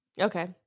Okay